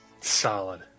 Solid